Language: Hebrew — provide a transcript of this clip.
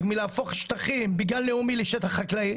מלהפוך שטחים בגן לאומי לשטח חקלאי?